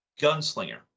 gunslinger